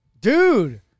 Dude